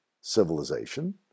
civilization